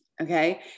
okay